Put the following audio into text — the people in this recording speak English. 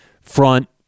front